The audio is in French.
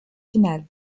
final